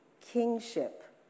kingship